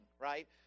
right